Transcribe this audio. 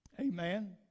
Amen